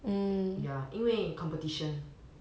ya 因为 competition